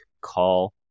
call